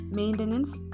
maintenance